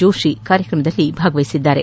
ಜೋಶಿ ಕಾರ್ಯಕ್ರಮದಲ್ಲಿ ಭಾಗವಹಿಸಿದ್ದಾರೆ